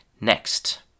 Next